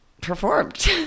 performed